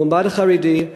מועמד חרדי,